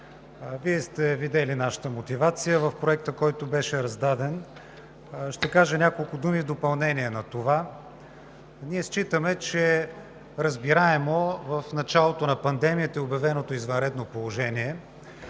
Вие сте видели нашата мотивация в Проекта, който беше раздаден. Ще кажа няколко думи в допълнение на това. Ние считаме, разбираемо е, че в началото на пандемията и обявеното извънредно положение